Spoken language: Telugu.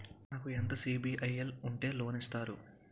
నాకు ఎంత సిబిఐఎల్ ఉంటే లోన్ ఇస్తారు?